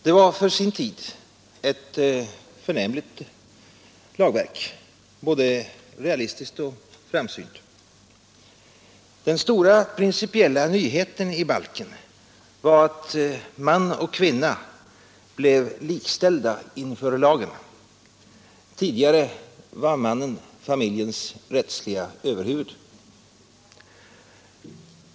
Den var för sin tid ett förnämligt lagverk, både realistiskt och framsynt. Den stora principiella nyheten i balken var att man och kvinna blev likställda inför lagen. Tidigare var mannen familjens rättsliga överhuvud.